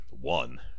one